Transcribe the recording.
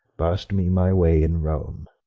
bar'st me my way in rome?